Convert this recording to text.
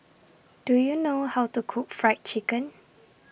Do YOU know How to Cook Fried Chicken